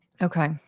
Okay